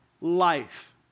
life